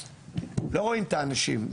לא רואים את האנשים.